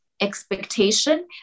expectation